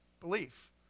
belief